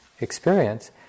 experience